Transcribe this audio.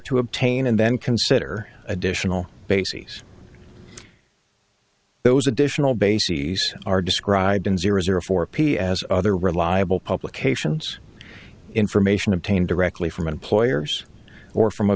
to obtain and then consider additional bases those additional bases are described in zero zero four p as other reliable publications information obtained directly from employers or from a